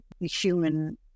human